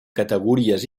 categories